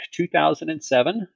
2007